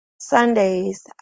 Sundays